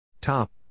Top